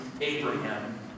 Abraham